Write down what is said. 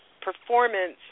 performance